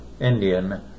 Indian